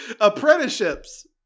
Apprenticeships